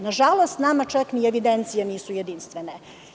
Nažalost, čak ni evidencije nisu jedinstvene.